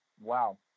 Wow